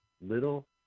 Little